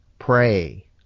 Pray